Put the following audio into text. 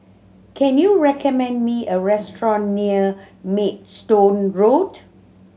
can you recommend me a restaurant near Maidstone Road